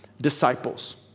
disciples